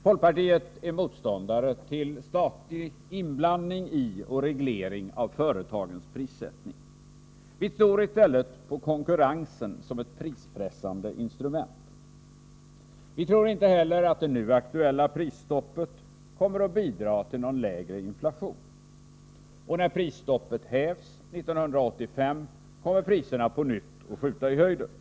Folkpartiet är motståndare till statlig inblandning i och reglering av företagens prissättning. Vi tror i stället på konkurrensen som ett prispressande instrument. Men vi tror inte att det nu aktuella prisstoppet kommer att bidra till en lägre inflation. När prisstoppet hävs 1985, kommer priserna på nytt att skjuta i höjden.